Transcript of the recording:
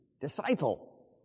disciple